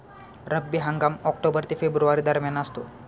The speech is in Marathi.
रब्बी हंगाम ऑक्टोबर ते फेब्रुवारी दरम्यान असतो